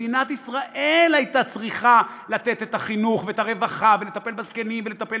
מדינת ישראל הייתה צריכה לתת את החינוך ואת הרווחה ולטפל בזקנים ולטפל